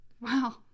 Wow